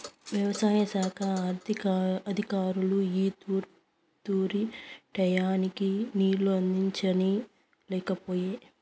యవసాయ శాఖ అధికారులు ఈ తూరి టైయ్యానికి నీళ్ళు అందించనే లేకపాయె